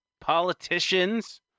Politicians